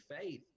faith